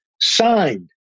Signed